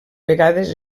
vegades